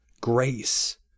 grace